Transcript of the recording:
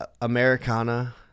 Americana